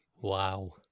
Wow